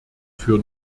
für